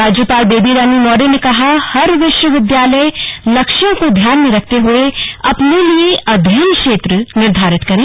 राज्यपाल बेबी रानी मौर्य ने कहा हर विश्वविद्यालय लक्ष्यों को ध्यान में रखते हुए अपने लिए अध्ययन क्षेत्र निर्धारित करें